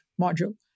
module